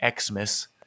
Xmas